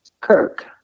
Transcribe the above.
Kirk